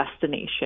destination